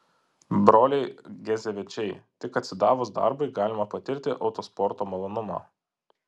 broliai gezevičiai tik atsidavus darbui galima patirti autosporto malonumą